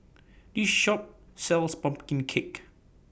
This Shop sells Pumpkin Cake